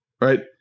right